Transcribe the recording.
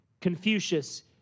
Confucius